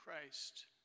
Christ